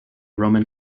roman